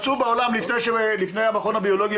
מצאו בעולם לפני המכון הביולוגי,